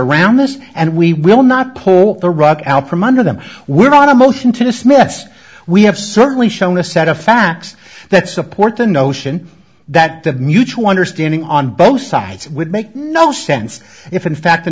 around this and we will not pull the rug out from under them we're on a motion to dismiss we have certainly shown a set of facts that support the notion that the mutual understanding on both sides would make no sense if in fact the